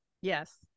Yes